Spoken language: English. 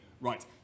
Right